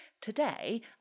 Today